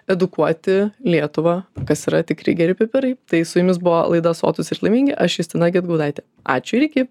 edukuoti lietuvą kas yra tikri geri pipirai tai su jumis buvo laida sotūs ir laimingi aš justina gedgaudaitė ačiū ir iki